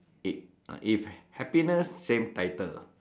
if if happiness same title